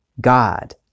God